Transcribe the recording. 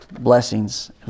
Blessings